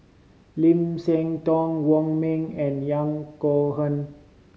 Lim Siah Tong Wong Ming and Yahya Cohen